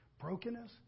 brokenness